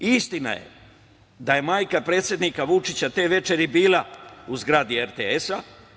Istina je da je majka predsednika Vučića te večeri bila u zgradi RTS.